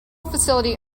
facility